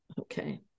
okay